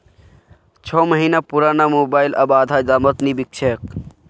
छो महीना पुराना मोबाइल अब आधा दामत नी बिक छोक